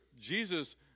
Jesus